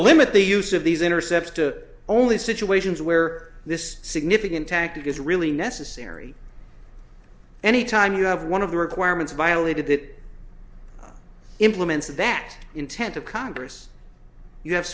limit the use of these intercepts to only situations where this significant tactic is really necessary any time you have one of the requirements violated that implements that intent of congress y